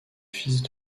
fils